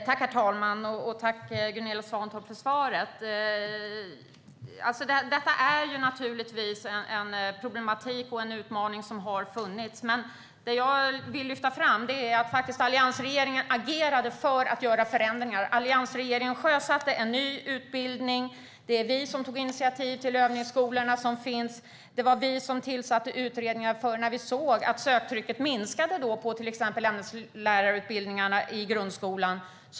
Herr talman! Tack, Gunilla Svantorp, för svaret! Detta är ett problem och en utmaning. Jag vill lyfta fram att alliansregeringen agerade för att göra förändringar. Alliansregeringen sjösatte en ny utbildning. Det var vi som tog initiativ till övningsskolorna. Det var vi som tillsatte utredningar när vi såg att söktrycket minskade till exempelvis ämneslärarutbildningarna i grundskolan.